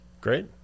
Great